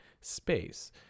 Space